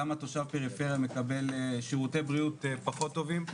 כמה תושב פריפריה מקבל שירותי בריאות פחות טובים.